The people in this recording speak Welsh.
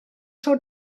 tro